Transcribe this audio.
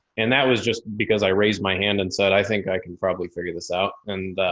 and that was just because i raised my hand and said, i think i can probably figure this out. and